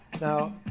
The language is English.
now